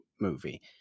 movie